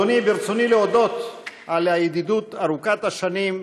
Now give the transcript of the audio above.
אדוני, ברצוני להודות על הידידות ארוכת השנים,